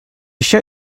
show